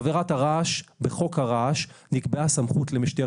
בעבירת הרעש בחוק הרעש נקבעה סמכות למשטרת